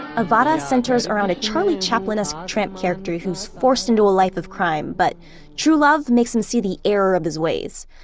ah but centers around a charlie chaplinesque tramp character who is forced into a life of crime, but true love makes him see the error of his ways.